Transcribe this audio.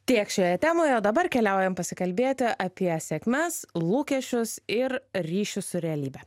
tiek šioje temoje o dabar keliaujam pasikalbėti apie sėkmes lūkesčius ir ryšius su realybe